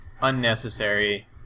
unnecessary